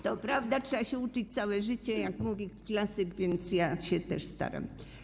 To prawda, trzeba się uczyć całe życie, jak mówi klasyk, więc ja też się staram.